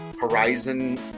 horizon